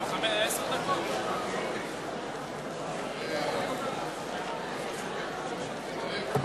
הצעות דחופות לסדר-היום שמספרן 1200,